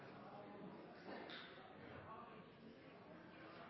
skal ha honnør for at